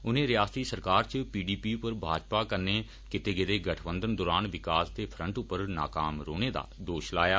उनें रियासती सरकार च पी डी पी पर भाजपा कन्नै कीते गेदे गठबंघन दौरान विकास दे फ्रंट पर नाकाम रौहने दा दोष लाया